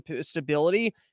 stability